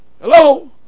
Hello